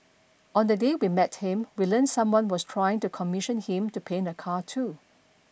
on the day we met him we learnt someone was trying to commission him to paint a car too